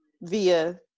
via